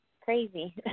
crazy